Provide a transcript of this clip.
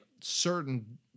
certain